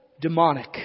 demonic